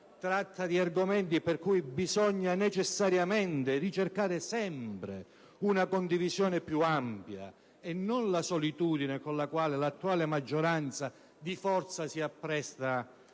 Tratta di argomenti per cui bisogna necessariamente ricercare sempre una condivisione più ampia, e non la solitudine con la quale l'attuale maggioranza di forza si appresta